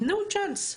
תנו צ'אנס.